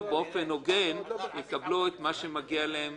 אושרה פה אחד.